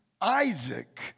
Isaac